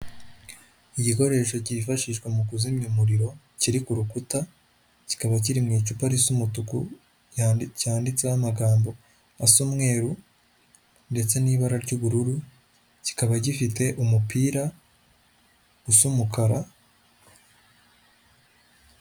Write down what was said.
Igikoresho cyifashishwa mu kuzimya umuriro kiri ku rukuta, kikaba kiri mu icupa risa umutuku handitseho amagambo asa umweru ndetse n'ibara ry'ubururu, kikaba gifite umupira usa umukara.